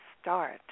start